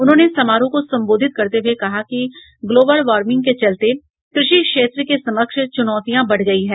उन्होंने समारोह को संबोधित करते हुए कहा कि ग्लोबल वार्मिंग के चलते कृषि क्षेत्र के समक्ष चुनौतियां बढ़ गयी हैं